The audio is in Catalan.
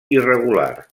irregular